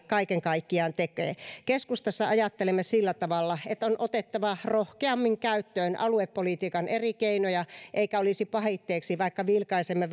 kaiken kaikkiaan tekee keskustassa ajattelemme sillä tavalla että on otettava rohkeammin käyttöön aluepolitiikan eri keinoja eikä olisi pahitteeksi vaikka vilkaisisimme